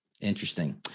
interesting